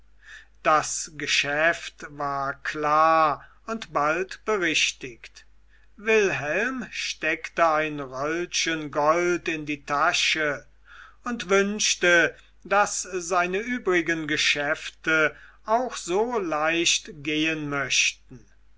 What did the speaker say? das geschäft war klar und bald berichtigt wilhelm steckte ein röllchen geld in die tasche und wünschte daß seine übrigen geschäfte auch so leicht gehen möchten